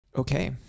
okay